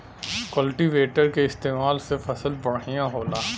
cultivator के इस्तेमाल से फसल बढ़िया होला